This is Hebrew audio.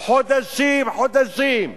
חודשים, חודשים.